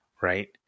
right